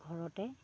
ঘৰতে